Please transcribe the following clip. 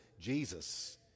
jesus